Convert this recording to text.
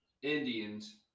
Indians